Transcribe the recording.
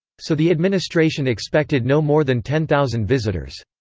so the administration expected no more than ten thousand visitors.